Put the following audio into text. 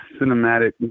cinematic